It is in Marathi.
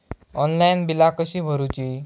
ऑनलाइन बिला कशी भरूची?